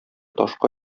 ташка